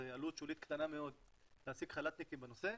זו עלות שולית קטנה מאוד להעסיק חל"תניקים בנושא,